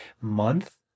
month